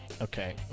okay